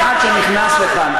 אחד שנכנס לכאן.